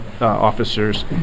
officers